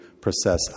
process